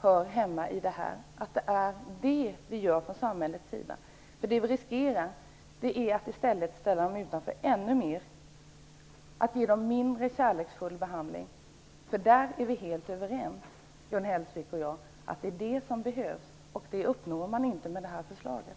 hör hemma här, dvs. att det är detta vi gör från samhällets sida. Vad vi då riskerar är att vi i stället ställer dessa personer ännu mer utanför. De får en mindre kärleksfull behandling. Gun Hellsvik och jag är helt överens om att det är just en kärleksfull behandling som behövs. Men det uppnås inte med det här förslaget.